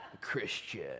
Christian